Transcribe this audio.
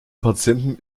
patienten